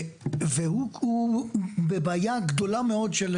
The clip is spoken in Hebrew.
והוא בבעיה גדולה מאוד של